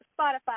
Spotify